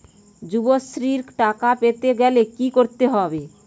যুবশ্রীর টাকা পেতে গেলে কি করতে হবে?